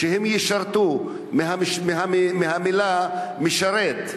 שהם ישרתו, מהמלה משרת.